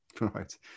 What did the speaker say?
Right